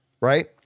right